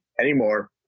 anymore